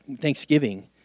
Thanksgiving